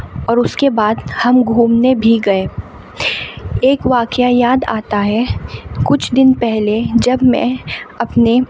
اور اُس کے بعد ہم گھومنے بھی گئے ایک واقعہ یاد آتا ہے کچھ دِن پہلے جب میں اپنے